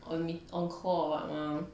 on meet~ on call or what mah